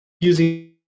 using